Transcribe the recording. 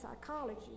psychology